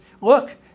look